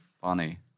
funny